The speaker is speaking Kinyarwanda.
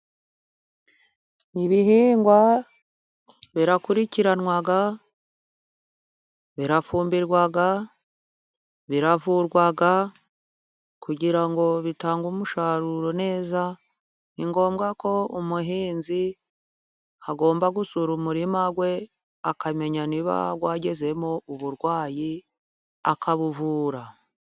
Ibihingwa birakurikiranwa, birafumbirwa, biravurwa, kugira ngo bitange umusaruro neza. Ni ngombwa ko umuhinzi agomba gusura umurima we, akamenya niba wagezemo uburwayi akabuvura.